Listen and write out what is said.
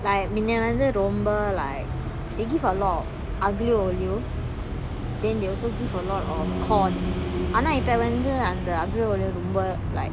like மின்ன வந்து ரொம்ப:minna vanthu romba like they give a lot of aglio olio then they also give a lot of corn ஆனா இப்ப வந்து அந்த:aana ippa vanthu antha aglio olio ரொம்ப:romba like